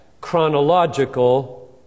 chronological